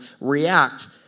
react